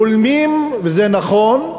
בולמים, זה נכון,